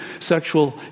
sexual